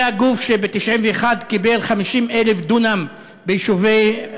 זה הגוף שב-1991 קיבל 50,000 דונם מסביב